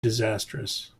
disastrous